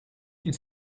ils